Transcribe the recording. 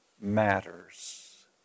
matters